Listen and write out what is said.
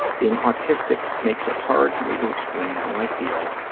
being autistic makes it hard for me to explain how i feel,